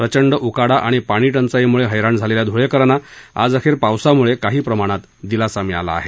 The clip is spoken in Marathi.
प्रचंड उकाडा आणि पाणी टंचाईमुळे हैराण झालेल्या धुळेकरांना आज अखेर पावसामूळे काही प्रमाणात दिलासा मिळाला आहे